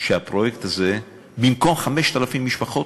שבפרויקט הזה, במקום 5,000 משפחות,